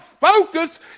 focus